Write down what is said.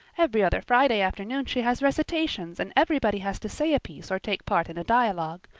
every other friday afternoon she has recitations and everybody has to say a piece or take part in a dialogue.